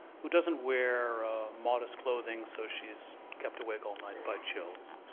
who doesn't wear modest clothing so she's kept awake all night by chills,